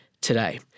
today